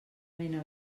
mena